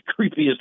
creepiest